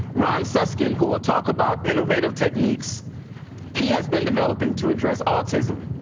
ron suskind who will talk about innovative techniques he has been developing to address autism.